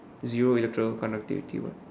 zero electro conductivity what